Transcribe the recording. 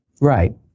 Right